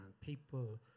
people